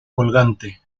colgante